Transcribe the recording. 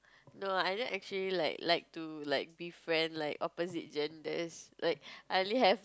no I don't actually like like to like be friends like opposite genders like I only have